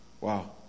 Wow